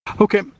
Okay